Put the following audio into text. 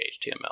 HTML